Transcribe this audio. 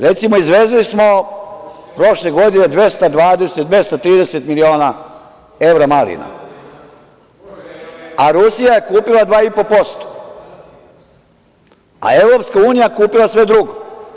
Recimo, izvezli smo prošle godine 230 miliona evra malina, a Rusija je kupila 2,5%, a Evropska unija kupila sve drugo.